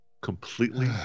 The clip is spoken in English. completely